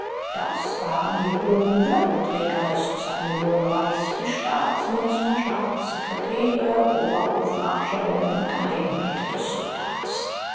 das waren die hohen würdenträger des zweimillionenreichs die staatsminister staatssekretäre oberhofmarschälle und geheimräte des sultans